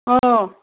अ